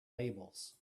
labels